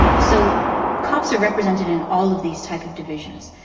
so copts are represented in all of these type of divisions.